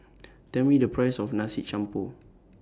Tell Me The Price of Nasi Campur